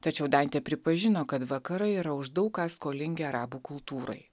tačiau dantė pripažino kad vakarai yra už daug ką skolingi arabų kultūrai